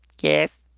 Yes